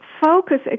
focus